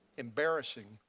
embarrassing